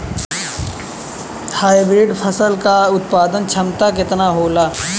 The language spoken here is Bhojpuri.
हाइब्रिड फसल क उत्पादन क्षमता केतना होला?